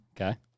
Okay